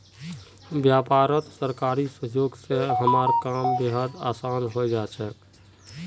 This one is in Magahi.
व्यापारत सरकारी सहयोग स हमारा काम बेहद आसान हइ जा छेक